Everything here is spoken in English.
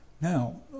Now